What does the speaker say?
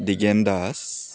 Digen Das